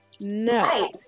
No